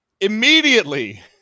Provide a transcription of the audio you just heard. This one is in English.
Immediately